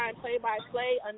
play-by-play